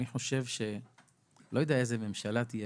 אני לא יודע איזו ממשלה תהיה,